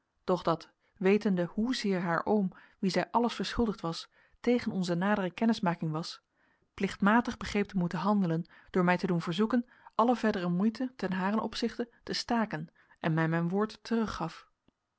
doch dat wetende hoezeer haar oom wien zij alles verschuldigd was tegen onze nadere kennismaking was plichtmatig begreep te moeten handelen door mij te doen verzoeken alle verdere moeite ten haren opzichte te staken en mij mijn woord teruggaf